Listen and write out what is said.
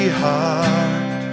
heart